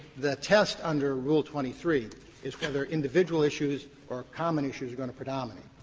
the test under rule twenty three is whether individual issues or common issues are going to predominate.